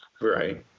Right